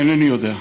אינני יודע.